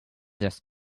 just